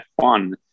f1